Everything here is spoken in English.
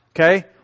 Okay